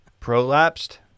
Prolapsed